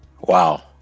Wow